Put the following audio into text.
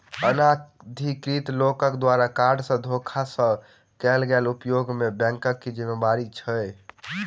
अनाधिकृत लोकक द्वारा कार्ड केँ धोखा सँ कैल गेल उपयोग मे बैंकक की जिम्मेवारी छैक?